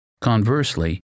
Conversely